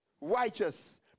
righteous